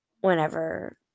whenever